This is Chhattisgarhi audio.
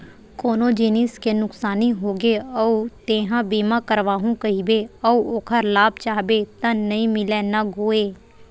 कोनो जिनिस के नुकसानी होगे अउ तेंहा बीमा करवाहूँ कहिबे अउ ओखर लाभ चाहबे त नइ मिलय न गोये